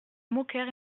moqueur